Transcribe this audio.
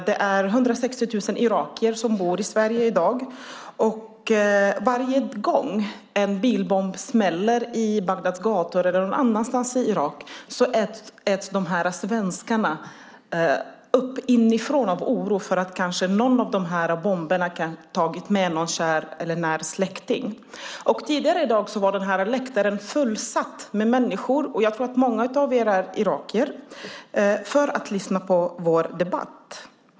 Det är 160 000 irakier som bor i Sverige i dag, och varje gång en bilbomb smäller på Bagdads gator eller någon annanstans i Irak äts dessa svenskar upp inifrån av oro för att kanske någon av bomberna har tagit med någon när eller kär släkting. Tidigare i dag var den här läktaren fullsatt med människor, och jag tror att många av er är irakier, för att lyssna på vår debatt.